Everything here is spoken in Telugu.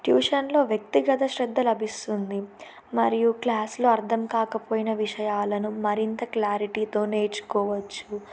ట్యూషన్లో వ్యక్తిగత శ్రద్ధ లభిస్తుంది మరియు క్లాస్లో అర్థం కాకపోయిన విషయాలను మరింత క్లారిటీతో నేర్చుకోవచ్చు